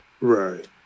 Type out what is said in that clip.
Right